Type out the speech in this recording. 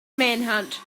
manhunt